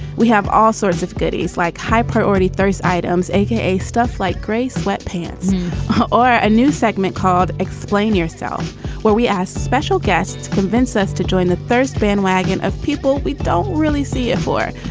we have all sorts of goodies like high priority items a k a. stuff like gray sweatpants or a new segment called explain yourself where we ask special guests, convince us to join the thirst bandwagon of people we don't really see it for.